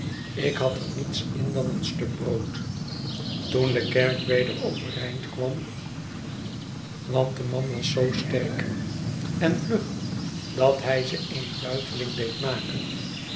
ik had er niets in dan een stuk brood toen de kerk weder overeind kwam want de man was zoo sterk en vlug dat hij ze eene buiteling deed maken